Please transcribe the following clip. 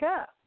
up